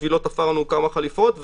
בשבילו תפרנו כמה חליפות.